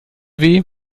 weh